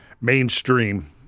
mainstream